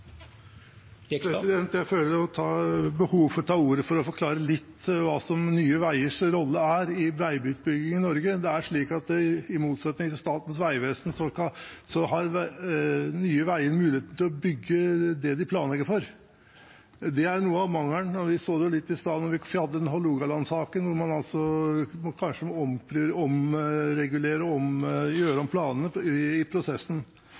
Jeg følte behov for å ta ordet for å forklare litt hva som er Nye Veiers rolle i veiutbygging i Norge. Det er slik at i motsetning til Statens vegvesen har Nye Veier mulighet til å bygge det de planlegger for. Det er noe av mangelen – og vi så det litt i stad da vi hadde Hålogaland-saken, hvor man kanskje må omregulere og gjøre om planene i prosessen.